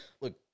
look